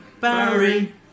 Barry